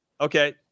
Okay